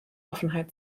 offenheit